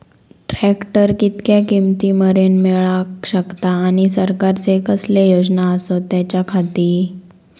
Tractor कितक्या किमती मरेन मेळाक शकता आनी सरकारचे कसले योजना आसत त्याच्याखाती?